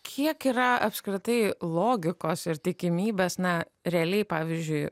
kiek yra apskritai logikos ir tikimybės na realiai pavyzdžiui